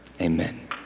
amen